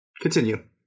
Continue